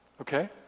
Okay